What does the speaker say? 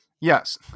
yes